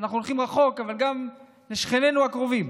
אנחנו הולכים רחוק, אבל גם לשכנינו הקרובים.